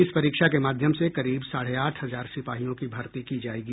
इस परीक्षा के माध्यम से करीब साढ़े आठ हजार सिपाहियों की भर्ती की जायेगी